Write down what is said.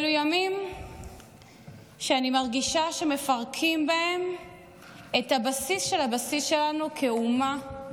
אלה ימים שאני מרגישה שמפרקים בהם את הבסיס של הבסיס שלנו כאומה,